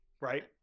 right